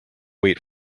wait